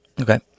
Okay